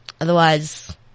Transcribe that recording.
otherwise